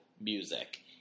Music